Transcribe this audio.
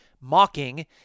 mocking